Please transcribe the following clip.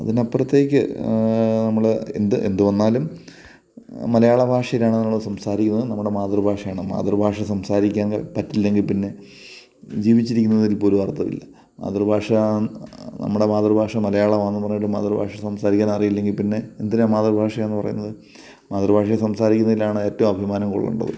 അതിനപ്പുറത്തേക്ക് നമ്മൾ എന്ത് എന്തുവന്നാലും മലയാള ഭാഷയിലാണ് നമ്മൾ സംസാരിക്കുന്നത് നമ്മുടെ മാതൃഭാഷയാണ് മാതൃഭാഷ സംസാരിക്കാൻ പറ്റില്ലെങ്കിൽ പിന്നെ ജീവിച്ചിരിക്കുന്നതിൽ പോലും അർത്ഥമില്ല ഒരു മാതൃഭാഷയാ നമ്മുടെ മാതൃഭാഷ മലയാളമാണെന്ന് പറഞ്ഞ് മാതൃഭാഷ സംസാരിക്കാനറിയില്ലങ്കിൽ പിന്നെ എന്തിനാ മാതൃഭാഷയാണെന്ന് പറയുന്നത് മാതൃഭാഷയിൽ സംസാരിക്കണതിലാണ് ഏറ്റവും അഭിമാനം കൊള്ളേണ്ടത്